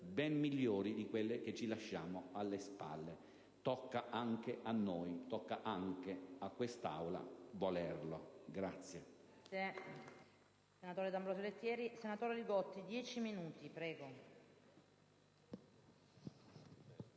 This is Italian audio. cose migliori di quelle che ci lasciamo alle spalle. Tocca anche a noi, tocca anche a quest'Aula volerlo.